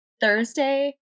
Thursday